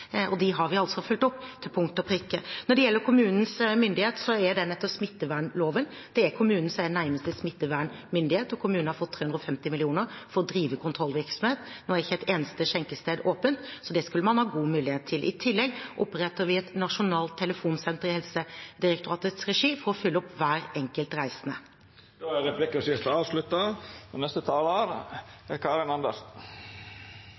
altså fulgt opp til punkt og prikke. Når det gjelder kommunens myndighet, er den etter smittevernloven. Det er kommunen som er nærmeste smittevernmyndighet, og kommunene har fått 350 mill. kr for å drive kontrollvirksomhet. Nå er ikke et eneste skjenkested åpent, så det skulle man ha god mulighet til. I tillegg oppretter vi et nasjonalt telefonsenter i Helsedirektoratets regi for å følge opp hver enkelt reisende. Replikkordskiftet er avslutta.